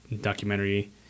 documentary